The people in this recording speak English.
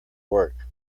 work